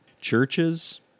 Churches